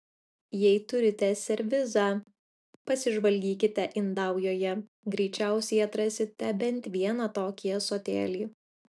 jei turite servizą pasižvalgykite indaujoje greičiausiai atrasite bent vieną tokį ąsotėlį